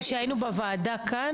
כשהיינו בוועדה כאן?